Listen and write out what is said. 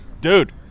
dude